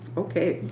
ok,